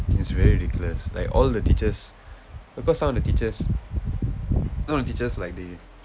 it's very ridiculous like all the teachers because some of the teachers some of the teachers like they